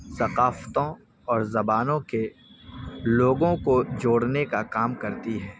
ثقافتوں اور زبانوں کے لوگوں کو جوڑنے کا کام کرتی ہے